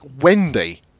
Wendy